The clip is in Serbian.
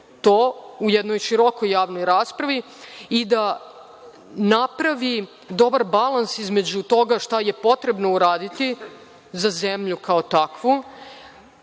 to u jednoj širokoj javnoj raspravi i da napravi dobar balansa između toga šta je potrebno uraditi za zemlju kao takvu